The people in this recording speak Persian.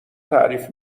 تعریف